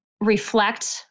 reflect